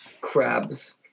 Crabs